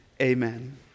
amen